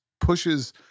pushes